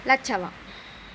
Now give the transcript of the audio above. Lachavva